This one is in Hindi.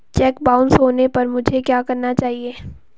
चेक बाउंस होने पर मुझे क्या करना चाहिए?